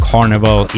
Carnival